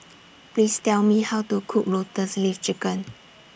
Please Tell Me How to Cook Lotus Leaf Chicken